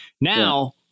Now